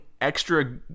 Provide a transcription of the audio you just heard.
extra